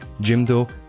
Jimdo